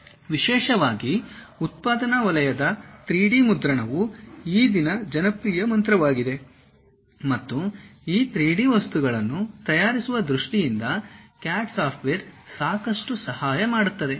ವಿಶೇಷವಾಗಿ ಉತ್ಪಾದನಾ ವಲಯದ 3D ಮುದ್ರಣವು ಈ ದಿನ ಜನಪ್ರಿಯ ಮಂತ್ರವಾಗಿದೆ ಮತ್ತು ಈ 3D ವಸ್ತುಗಳನ್ನು ತಯಾರಿಸುವ ದೃಷ್ಟಿಯಿಂದ CAD ಸಾಫ್ಟ್ವೇರ್ ಸಾಕಷ್ಟು ಸಹಾಯ ಮಾಡುತ್ತದೆ